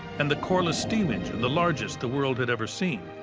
and the corliss steam engine, the largest the world had ever seen.